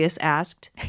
asked